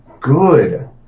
good